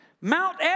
Mount